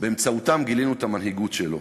באמצעותם גילינו את המנהיגות שלו.